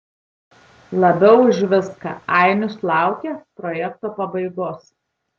labiau už viską ainius laukia projekto pabaigos